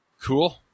cool